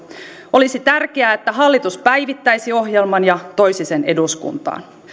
olisi tärkeää että hallitus päivittäisi ohjelman ja toisi sen eduskuntaan